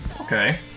okay